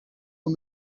vos